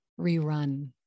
rerun